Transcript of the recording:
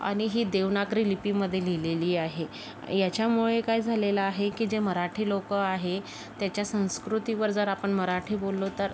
आणि ही देवनागरी लिपीमध्ये लिहिलेली आहे याच्यामुळे काय झालेलं आहे की जे मराठी लोकं आहे त्याच्या संस्कृतीवर जर आपण मराठी बोललो तर